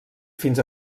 fins